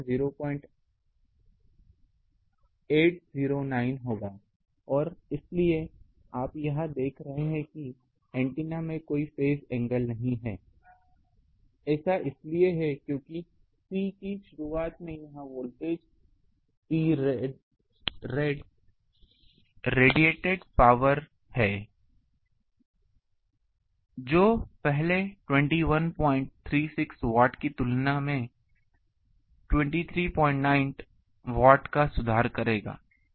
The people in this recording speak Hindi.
तो यह 0809 होगा और इसलिए आप यहाँ देख रहे हैं कि एंटीना में कोई फेज़ एंगल नहीं है ऐसा इसलिए है क्योंकि C की शुरुआत में यह वोल्टेज और Prad प्रेडिएट पावर है जो पहले 2136 वॉट की तुलना में 239 वॉट का सुधार करेगा